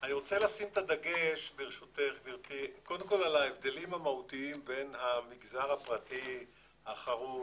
אני רוצה לשים את הדגש על ההבדלים המהותיים בין המגזר הפרטי החרוץ,